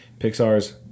Pixar's